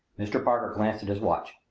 mr. parker glanced at his watch.